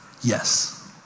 Yes